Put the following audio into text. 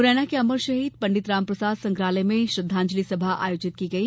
मुरैना के अमर शहीद पंडित रामप्रसाद संग्रहालय में श्रद्वांजलि सभा आयोजित की गई